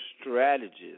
strategist